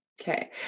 Okay